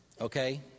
okay